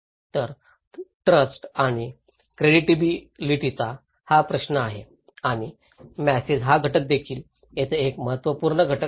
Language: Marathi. तर ट्रस्ट आणि क्रेडिऍबिलिटी चा प्रश्न आहे आणि मॅसेज चा घटक देखील येथे एक महत्त्वपूर्ण घटक आहे